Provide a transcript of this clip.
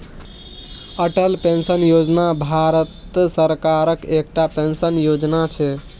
Atal pension Yojana Bharat सरकारक एकटा pension योजना छै